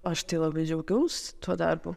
aš tai labai džiaugiaus tuo darbu